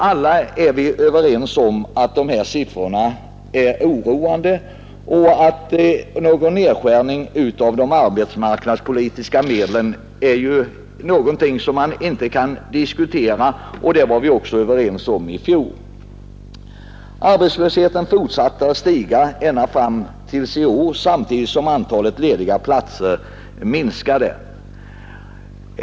Alla är vi överens om att de här siffrorna är oroande och att någon nedskärning av de arbetsmarknadspolitiska medlen är någonting som man inte kan diskutera, och det var vi också överens om i fjol. Arbetslösheten fortsatte att stiga ända fram till i år, samtidigt som antalet lediga platser minskade.